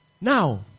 now